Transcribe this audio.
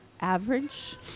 average